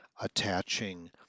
attaching